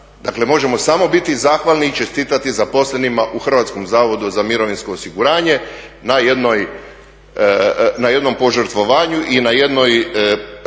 možemo samo biti zahvalni i čestitati zaposlenima u Hrvatskom zavodu za mirovinsko osiguranje na jednom požrtvovanju i na jednom profesionalnom